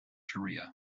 shariah